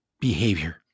behavior